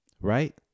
Right